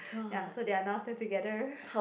ya so they are now still together